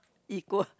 equal